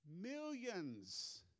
millions